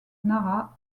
nara